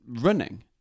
running